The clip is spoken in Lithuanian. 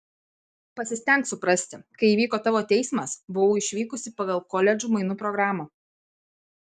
pasistenk suprasti kai įvyko tavo teismas buvau išvykusi pagal koledžų mainų programą